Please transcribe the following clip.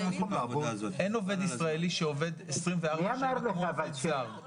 אין עובד ישראלי שעובד 24/7 כמו עובד זר.